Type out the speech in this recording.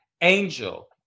angel